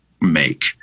make